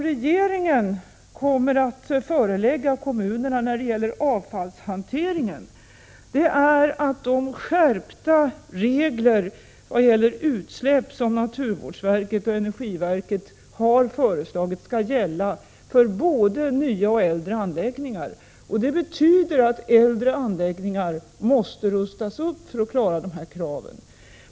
Regeringen kommer att förelägga kommunerna att beträffande avfallshanteringen skall de skärpta regler för utsläpp som naturvårdsverket och energiverket har föreslagit gälla för både nya och äldre anläggningar, och det betyder att äldre anläggningar måste rustas upp.